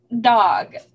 dog